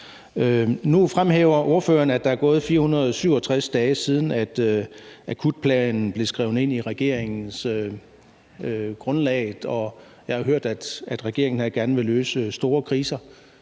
Nu fremhæver ordføreren, at der er gået 467 dage, siden akutplanen blev skrevet ind i regeringsgrundlaget, og jeg har hørt, at regeringen her gerne vil løse store kriser,